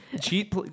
Cheat